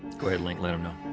go ahead, link, let em know.